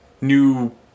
new